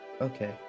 okay